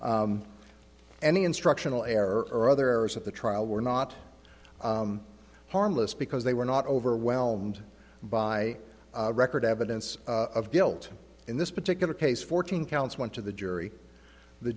the instructional error or other errors at the trial were not harmless because they were not overwhelmed by record evidence of guilt in this particular case fourteen counts went to the jury the